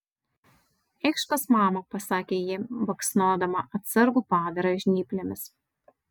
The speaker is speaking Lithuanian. eikš pas mamą pasakė ji baksnodama atsargų padarą žnyplėmis